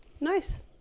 nice